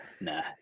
Nah